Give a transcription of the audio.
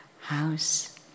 house